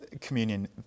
communion